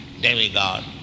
demigod